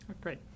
Great